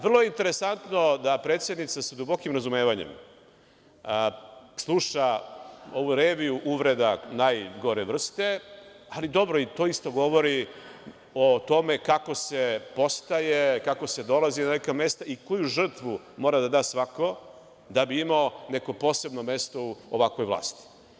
Vrlo je interesantno da predsednica sa dubokim razumevanjem sluša ovu reviju uvreda najgore vrste, ali dobro, to isto govori o tome kako se postaje, kako se dolazi na neka mesta i koju žrtvu mora da da svako da bi imao neko posebno mesto u ovakvoj vlasti.